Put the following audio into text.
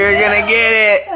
yeah gonna get it!